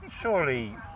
surely